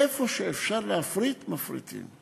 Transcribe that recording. איפה שאפשר להפריט, מפריטים.